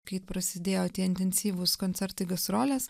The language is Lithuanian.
kai prasidėjo tie intensyvūs koncertai gastrolės